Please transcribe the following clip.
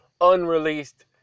unreleased